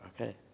Okay